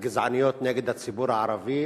הגזעניות נגד הציבור הערבי.